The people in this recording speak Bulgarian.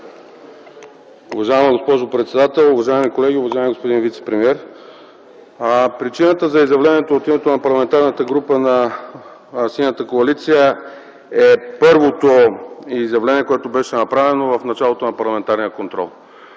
Уважаема госпожо председател, уважаеми колеги, уважаеми господин вицепремиер! Причината за изявлението от името на Парламентарната група на Синята коалиция е първото изявление, което беше направено в началото на парламентарния контрол.